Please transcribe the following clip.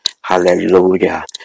Hallelujah